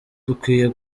dukwiye